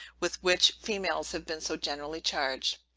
with which females have been so generally charged.